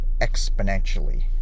exponentially